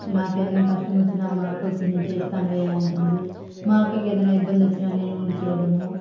నాకు ఏదన్న కష్టమొచ్చినా మా అక్కొచ్చి నేను చేస్తాను వే అంటుంది మా అక్కకి ఏదన్న ఇబ్బంది వచ్చినా నేను ఉండి చేయడము